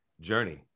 journey